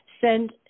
Send